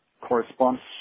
corresponds